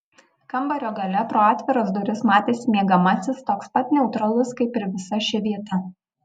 kambario gale pro atviras duris matėsi miegamasis toks pat neutralus kaip ir visa ši vieta